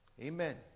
Amen